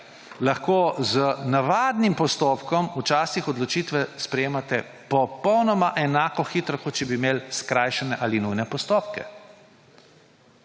lahko z navadnim postopkom včasih odločitve sprejemate popolnoma enako hitro, kot če bi imeli skrajšane ali nujne postopke.